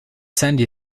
sandy